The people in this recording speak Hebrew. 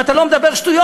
אם אתה לא מדבר שטויות,